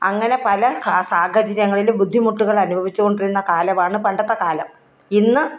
അങ്ങനെ പല സാഹചര്യങ്ങളിൽ ബുദ്ധിമുട്ടുകൾ അനുഭവിച്ചുകൊണ്ടുള്ള കാലമാണ് പണ്ടത്തെക്കാലം ഇന്ന്